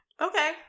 Okay